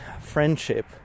friendship